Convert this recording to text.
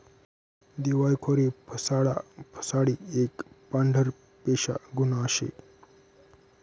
दिवायखोरी फसाडा फसाडी एक पांढरपेशा गुन्हा शे